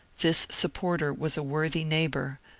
this supporter was a worthy neighbour,